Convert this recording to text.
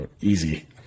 easy